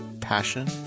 passion